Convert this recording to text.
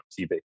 TV